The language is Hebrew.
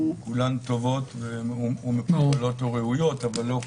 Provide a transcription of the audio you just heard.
כולן טובות וראויות אבל לא קמו.